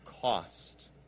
cost